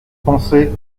pensez